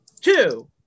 Two